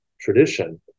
tradition